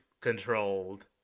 controlled